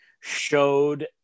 showed